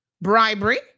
bribery